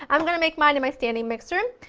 um going to make mine in my standing mixer,